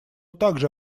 также